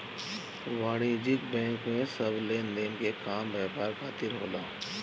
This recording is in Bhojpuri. वाणिज्यिक बैंक में सब लेनदेन के काम व्यापार खातिर होला